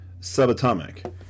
Subatomic